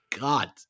God